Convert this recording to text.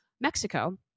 Mexico